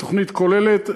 בתוכנית כוללת,